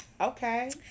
Okay